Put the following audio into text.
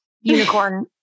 unicorn